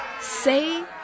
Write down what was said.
say